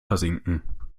versinken